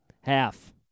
Half